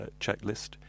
checklist